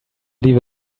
leave